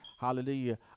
Hallelujah